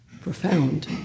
profound